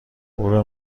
برو